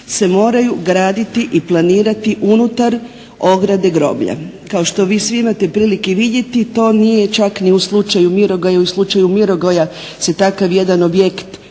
se moraju graditi i planirati unutar ograde groblja. Kao što vi svi imate prilike vidjeti to nije čak ni u slučaju Mirogoja jer u slučaju Mirogoja se takav jedan objekt